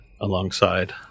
alongside